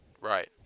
Right